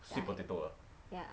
ya ya